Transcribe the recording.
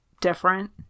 different